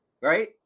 right